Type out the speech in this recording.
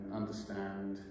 understand